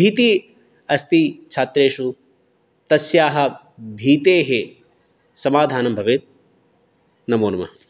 भीतिः अस्ति छात्रेषु तस्याः भीतेः समाधानं भवेत् नमो नमः